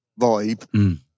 vibe